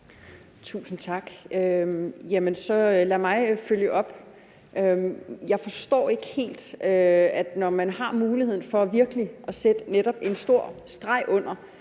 Tusind tak. Lad mig følge op. Jeg forstår ikke helt, at man, når man har muligheden for virkelig at sætte en stor streg under,